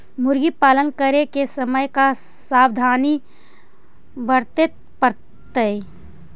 मुर्गी पालन करे के समय का सावधानी वर्तें पड़तई?